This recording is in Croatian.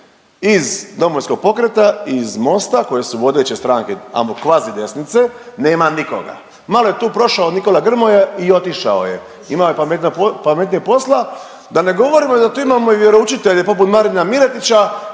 iz Domovinskog pokreta iz Mosta koje su vodeće stranke ajmo kvazi desnice nema nikoga. Malo je tu prošao Nikola Grmoja i otišao je, imao je pametnija posla, da ne govorimo da tu imamo i vjeroučitelje poput Marina Miletića